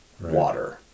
Water